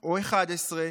או אחד עשרה